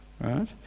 right